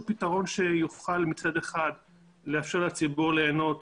פתרון שיוכל מצד אחד לאפשר לציבור ליהנות